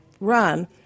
run